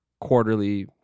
quarterly